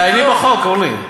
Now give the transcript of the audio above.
תעייני בחוק, אורלי.